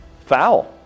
Foul